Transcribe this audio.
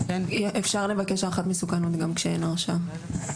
אפשר לבקש הערכת מסוכנות גם כשאין הרשעה.